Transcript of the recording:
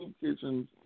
kitchens